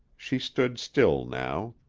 she stood still now.